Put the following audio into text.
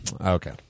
Okay